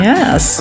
Yes